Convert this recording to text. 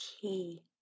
key